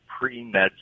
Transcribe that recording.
pre-med